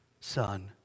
Son